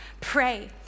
pray